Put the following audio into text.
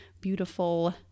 beautiful